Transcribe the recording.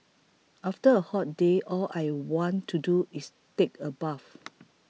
after a hot day all I want to do is take a bath